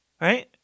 right